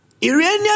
Iranian